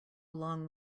long